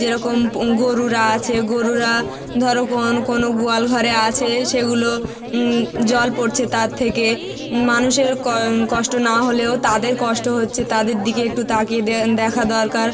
যেরকম গোরুরা আছে গোরুরা ধরো কোন কোনও গোয়াল ঘরে আছে সেগুলো জল পড়ছে তার থেকে মানুষের কষ্ট না হলেও তাদের কষ্ট হচ্ছে তাদের দিকে একটু তাকিয়ে দেখা দরকার